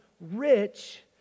rich